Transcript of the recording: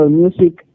music